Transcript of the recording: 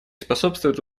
способствует